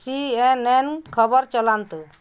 C N N ଖବର ଚଲାନ୍ତୁ